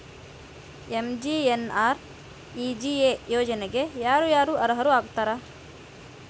MGNREGA ಯೋಜನೆಗೆ ಯಾರ ಯಾರು ಅರ್ಹರು ಆಗ್ತಾರ?